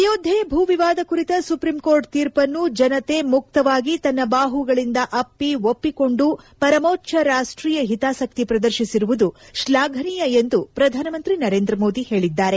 ಅಯೋಧ್ಯೆ ಭೂ ವಿವಾದ ಕುರಿತ ಸುಪ್ರೀಂಕೋರ್ಟ್ ತೀರ್ಪನ್ನು ಜನತೆ ಮುಕ್ತವಾಗಿ ತನ್ನ ಬಾಹುಗಳಿಂದ ಅಪ್ಪಿ ಒಪ್ಪಿಕೊಂಡು ಪರಮೋಚ್ಛ ರಾಷ್ಟೀಯ ಹಿತಾಸಕ್ತಿ ಪ್ರದರ್ಶಿಸಿರುವುದು ಶ್ಲಾಘನೀಯ ಎಂದು ಪ್ರಧಾನಮಂತ್ರಿ ನರೇಂದ್ರ ಮೋದಿ ಹೇಳಿದ್ದಾರೆ